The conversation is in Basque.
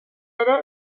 ere